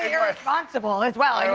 irresponsible as well,